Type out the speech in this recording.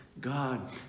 God